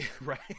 right